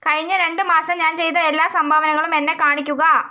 കഴിഞ്ഞ രണ്ട് മാസം ഞാൻ ചെയ്ത എല്ലാ സംഭാവനകളും എന്നെ കാണിക്കുക